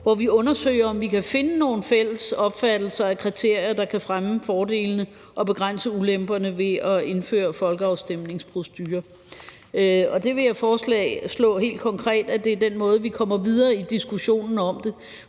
hvor vi undersøger, om vi kan finde nogle fælles opfattelser af kriterier, der kan fremme fordelene og begrænse ulemperne ved at indføre folkeafstemningsprocedure. Og jeg vil foreslå, at det helt konkret er den måde, vi kommer videre i diskussionen om det,